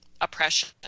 oppression